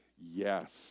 yes